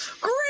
great